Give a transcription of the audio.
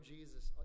Jesus